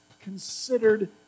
considered